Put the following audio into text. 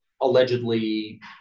allegedly